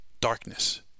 darkness